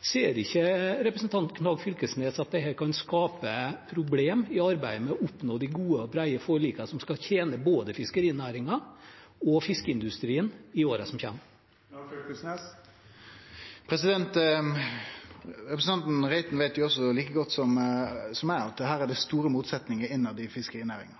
Ser ikke representanten Knag Fylkesnes at dette kan skape problemer i arbeidet med å oppnå de gode og brede forlikene som skal tjene både fiskerinæringen og fiskeindustrien i årene som kommer? Representanten Reiten veit jo like godt som meg at her er det store motsetnader internt i fiskerinæringa,